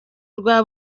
rwa